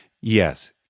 Yes